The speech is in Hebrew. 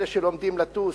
אלה שלומדים לטוס,